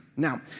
Now